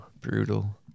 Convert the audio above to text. brutal